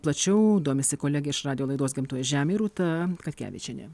plačiau domisi kolegė iš radijo laidos gimtoji žemė rūta katkevičienė